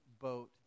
boat